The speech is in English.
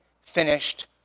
finished